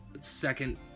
second